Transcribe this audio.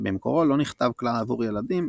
שבמקורו לא נכתב כלל עבור ילדים,